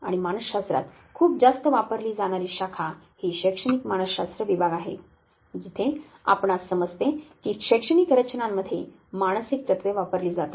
आणि मानसशास्त्रात खूप जास्त वापरली जाणारी शाखा ही शैक्षणिक मानसशास्त्र विभाग आहे जिथे आपणास समजते की शैक्षणिक रचनांमध्ये मानसिक तत्त्वे वापरली जातात